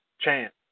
chance